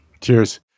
Cheers